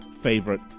favorite